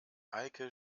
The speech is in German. eike